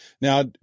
Now